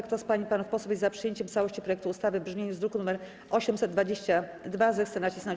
Kto z pań i panów posłów jest za przyjęciem w całości projektu ustawy w brzmieniu z druku nr 822, zechce nacisnąć